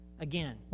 Again